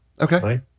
Okay